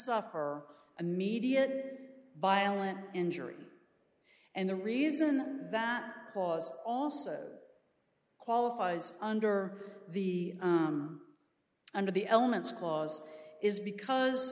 suffer immediate violent injury and the reason that cause also qualifies under the under the elements clause is because